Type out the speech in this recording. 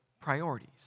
priorities